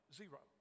zero